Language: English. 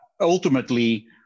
ultimately